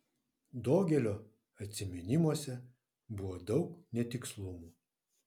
dogelio atsiminimuose buvo daug netikslumų